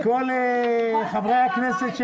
לכן, כל חברי הכנסת,